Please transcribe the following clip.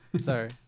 sorry